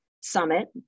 Summit